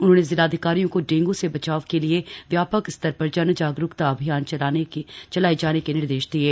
उन्होंने जिलाधिकारियों को डेंगू से बचाव के लिए व्यापक स्तर पर जनजागरूकता अभियान चलाये जाने के निर्देश दिये